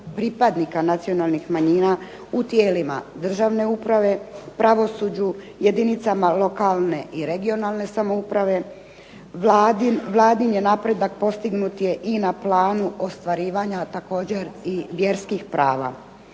pripadnika nacionalnih manjina u tijelima državne uprave, pravosuđu, jedinicama lokalne i regionalne samouprave. Vladin je napredak postignut je i na planu ostvarivanja također i vjerskih prava.